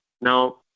Now